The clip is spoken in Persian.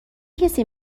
کسی